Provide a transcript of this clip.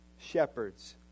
Shepherds